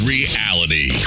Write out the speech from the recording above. Reality